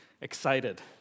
excited